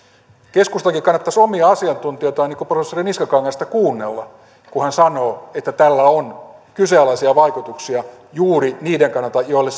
keskustankin kannattaisi kuunnella omia asiantuntijoitaan niin kuin professori niskakannasta kun hän sanoo että tällä on kyseenalaisia vaikutuksia juuri niiden kannalta joille